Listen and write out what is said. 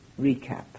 recap